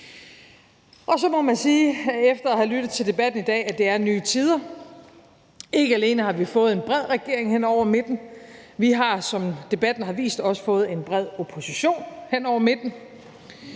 Så må man efter at have lyttet til debatten i dag sige, at det er nye tider. Ikke alene har vi fået en bred regering hen over midten; vi har, som debatten har vist, også fået en bred opposition hen over midten.